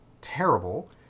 terrible